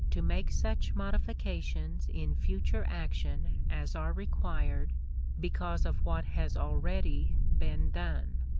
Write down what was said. to make such modifications in future action as are required because of what has already been done.